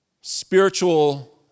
spiritual